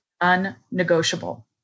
unnegotiable